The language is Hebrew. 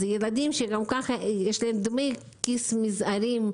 זה ילדים שגם ככה יש להם דמי כיס מזעריים.